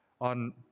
On